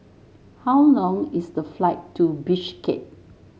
how long is the flight to Bishkek